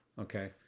okay